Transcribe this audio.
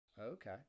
okay